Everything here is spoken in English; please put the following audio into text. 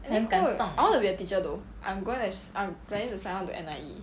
eh hoot I want to be a teacher though I'm going to I'm planning to sign on to N_I_E